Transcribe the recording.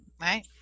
right